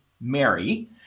Mary